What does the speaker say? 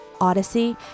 Odyssey